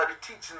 teaching